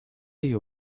you